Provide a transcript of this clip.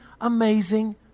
amazing